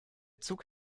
zug